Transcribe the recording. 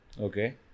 Okay